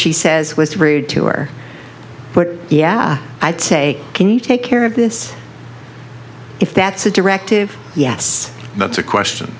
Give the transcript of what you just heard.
she says was rude to her but yeah i'd say can you take care of this if that's a directive yes that's a question